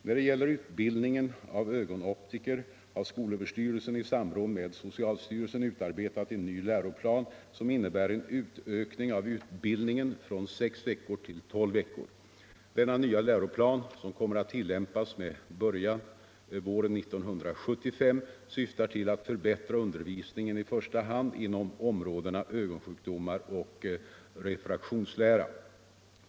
När det gäller utbildningen av ögonoptiker har skolöverstyrelsen i samråd med socialstyrelsen utarbetat en ny läroplan som innebär en utökning av utbildningen från sex veckor till tolv veckor. Denna nya läroplan, som kommer att tillämpas med början våren 1975, syftar till att förbättra undervisningen i första hand inom områdena ögonsjukdomar och refraktionslära.